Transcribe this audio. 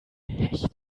hecht